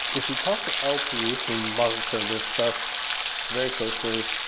if you talk to lps who monitor this stuff very closely,